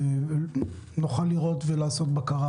נוכל לראות ולעשות בקרה,